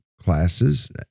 classes